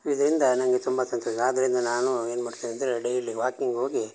ಇದರಿಂದ ನನಗೆ ತುಂಬ ಸಂತೋಷ ಆದ್ದರಿಂದ ನಾನು ಏನು ಮಾಡ್ತೀನಿ ಅಂದರೆ ಡೈಲಿ ವಾಕಿಂಗ್ ಹೋಗಿ